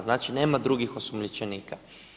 Znači, nema drugih osumnjičenika.